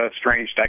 strange